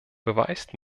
beweist